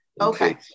Okay